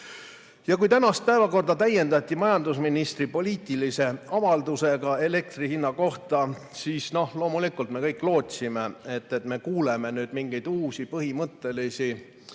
Kui tänast päevakorda täiendati majandusministri poliitilise avaldusega elektrihinna kohta, siis loomulikult me kõik lootsime, et me kuuleme nüüd mingeid uusi põhimõttelisi